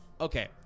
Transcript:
okay